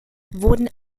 wurden